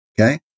okay